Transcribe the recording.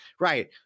Right